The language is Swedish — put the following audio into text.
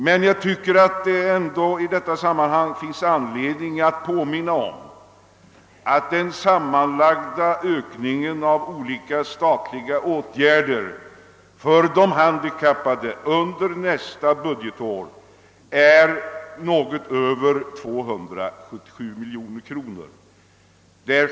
Men jag tycker att det ändå i detta sammanhang finns anledning påminna om att den sammanlagda föreslagna ökningen avseende olika statliga åtgärder för de handikappade under nästa budgetår är något över 287 miljoner kronor.